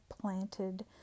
planted